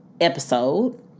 Episode